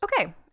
Okay